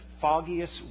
foggiest